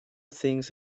things